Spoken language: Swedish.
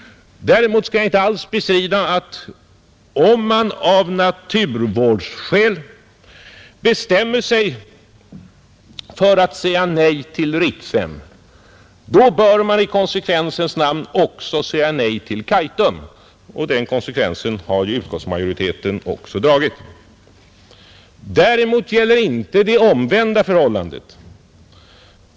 Däremot skall jag inte alls bestrida att om man av naturvårdsskäl bestämmer sig för att säga nej till Ritsem, bör man i konsekvensens namn också säga nej till Kaitum. Den konsekvensen har utskottsmajoriteten också dragit. Det omvända förhållandet gäller däremot inte.